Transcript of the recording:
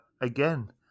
again